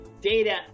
data